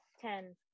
Ten